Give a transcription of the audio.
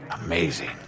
Amazing